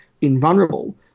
invulnerable